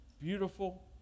beautiful